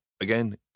again